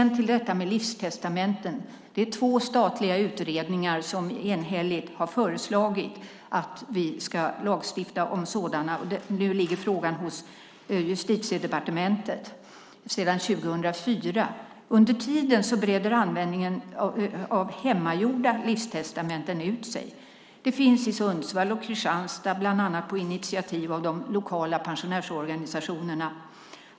När det gäller livstestamenten har två statliga utredningar enhälligt föreslagit att vi ska lagstifta om sådana, och nu ligger frågan hos Justitiedepartementet sedan 2004. Under tiden breder användningen av hemmagjorda livstestamenten ut sig. Det finns i Sundsvall och Kristianstad, bland annat på initiativ av de lokala pensionärsorganisationerna.